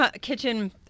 Kitchen